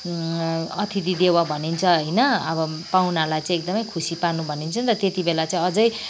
अतिथि देव भनिन्छ होइन अब पाहुनालाई चाहिँ एकदमै खुसी पार्नु भनिन्छ नि त त्यतिबेला चाहिँ अझै